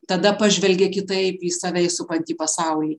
tada pažvelgia kitaip į save į supantį pasaulį